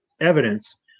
evidence